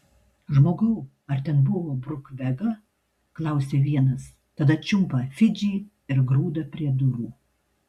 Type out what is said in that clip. žmogau ar ten buvo bruk vega klausia vienas tada čiumpa fidžį ir grūda prie durų